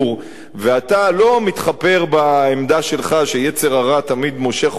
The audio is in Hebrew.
ואתה לא מתחפר בעמדה שלך שיצר הרע תמיד מושך אותך להגיד,